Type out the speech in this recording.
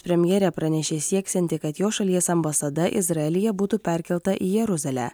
premjerė pranešė sieksianti kad jos šalies ambasada izraelyje būtų perkelta į jeruzalę